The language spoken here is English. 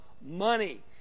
money